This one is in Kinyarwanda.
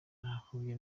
bidahuye